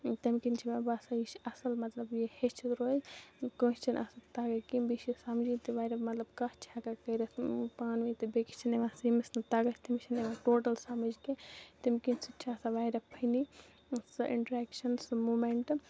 تَمہِ کِنۍ چھِ مےٚ باسان یہِ چھِ اصل مطلب یہِ ہیٚچھت روزِ کٲنسہِ چھَنہٕ آسان تَگان کِہیٖنۍ بیٚیہِ چھِ یہِ سمجِنۍ تہِ واریاہ مطلب کَتھ چھِ ہیٚکان کٔرِتھ پانہٕ وۄنۍ تہِ بیٚکِس چھَنہٕ یِوان ییٚمِس نہٕ تَگان آسہِ تٔمِس چھَنہٕ یِوان ٹوٹَل سَمٕج کِہیٖنۍ تَمہِ کِنۍ سُہ تہِ چھُ آسان واریاہ فٔنی سُہ اِنٹریکشَن سُہ مومیٚنٹ